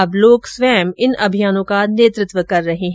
अब लोग स्वयं इन अभियानों का नेतृत्व कर रहे हैं